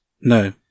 no